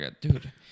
dude